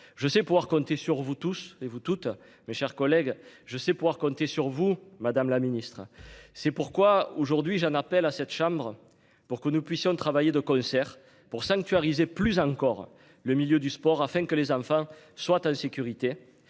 je sais pouvoir compter sur vous tous et vous toutes mes chers collègues je sais pouvoir compter sur vous, madame la Ministre. C'est pourquoi aujourd'hui, j'en appelle à cette chambre pour que nous puissions travailler de concert pour sanctuariser plus encore le milieu du sport afin que les enfants soient en sécurité